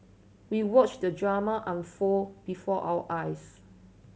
we watched the drama unfold before our eyes